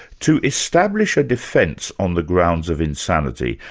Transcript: to establish a defence on the grounds of insanity,